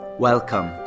Welcome